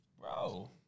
Bro